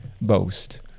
boast